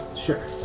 Sure